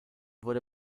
wurde